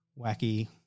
wacky